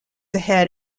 ahead